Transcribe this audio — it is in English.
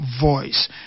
voice